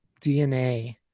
DNA